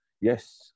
yes